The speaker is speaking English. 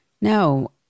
no